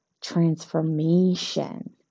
transformation